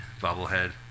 bobblehead